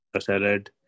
salad